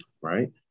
right